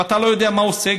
ואתה לא יודע מה עושה,